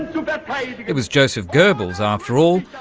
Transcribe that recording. and so but it was joseph goebbels, after all,